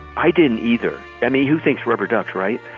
i didn't either. danny, who thinks rubber duck right?